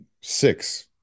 six